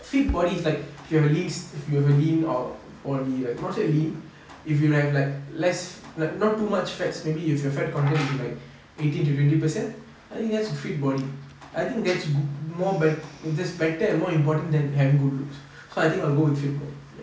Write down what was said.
fit bodies like if you have at least if you have a lean body or not say lean if you have like less like not too much fats maybe you have your fat content is like eighteen to twenty percent I think that's a fit body I think that's more that's better and more important than having good looks so I think I'll go with fit body